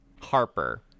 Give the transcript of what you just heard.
Harper